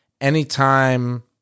anytime